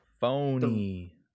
phony